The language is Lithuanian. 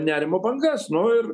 nerimo bangas nu ir